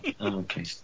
Okay